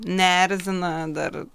neerzina dar